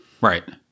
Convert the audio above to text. Right